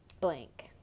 blank